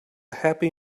happy